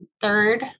third